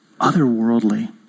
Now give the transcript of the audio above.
otherworldly